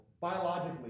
biologically